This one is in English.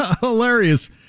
hilarious